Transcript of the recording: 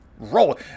Roll